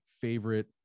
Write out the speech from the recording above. favorite